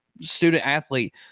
student-athlete